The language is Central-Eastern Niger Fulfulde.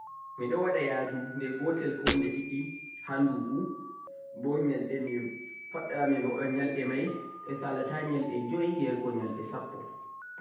Miɗon waɗa yaduu nde gotel koh nde ɗiɗi ha nɗuɓu bo nyalɗe salata joi yahugo sappo